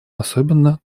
особенно